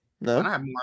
no